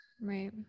right